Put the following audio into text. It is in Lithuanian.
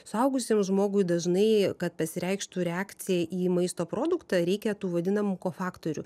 suaugusiam žmogui dažnai kad pasireikštų reakcija į maisto produktą reikia tų vadinamų kofaktorių